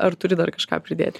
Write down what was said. ar turi dar kažką pridėti